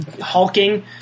hulking